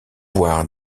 voir